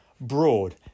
broad